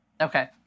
Okay